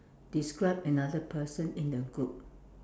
describe another person in the group